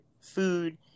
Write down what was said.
food